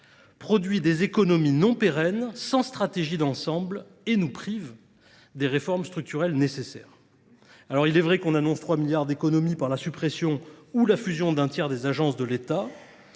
produit des économies non pérennes, sans stratégie d'ensemble et nous prive des réformes structurelles nécessaires. Alors il est vrai qu'on annonce 3 milliards d'économies par la suppression ou la fusion d'un tiers des agences de l'État.